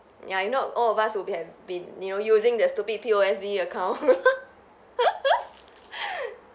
ya if not all of us will be have been you know using the stupid P_O_S_B account